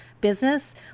business